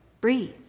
breathe